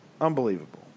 Unbelievable